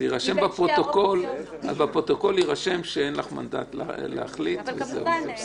אז בפרוטוקול יירשם שאין לך מנדט להחליט וזה בסדר.